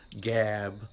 gab